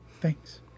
Thanks